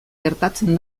gertatzen